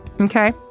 okay